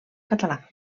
català